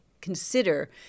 consider